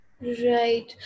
Right